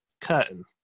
Curtain